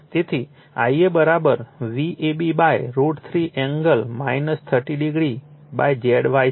તેથી Ia Vab √ 3 angle - 30o Zy છે